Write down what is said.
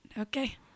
Okay